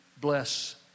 bless